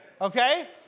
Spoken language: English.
Okay